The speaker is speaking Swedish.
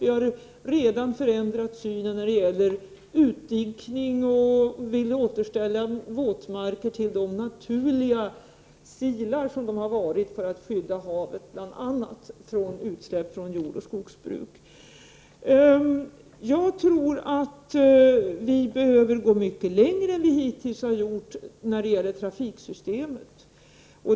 Vi har redan förändrat synen när det gäller utdikningen och vill nu återställa våtmarkerna till de naturliga silar som de har varit för att skydda havet bl.a. från utsläpp från jordoch skogsbruket. Vi behöver gå mycket längre än vi hittills har gjort när det gäller trafiksystemet.